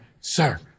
sir